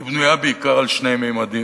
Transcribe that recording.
היא בנויה בעיקר על שני ממדים,